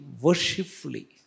Worshipfully